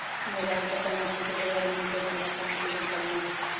Mobile पर टमाटर के बजार मूल्य के बारे मे कहवा से जानकारी मिली?